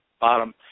bottom